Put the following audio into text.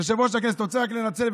אני רק רוצה לנצל,